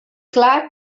clar